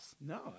No